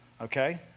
okay